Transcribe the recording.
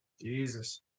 Jesus